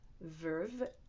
Verve